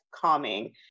calming